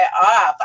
off